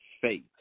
faith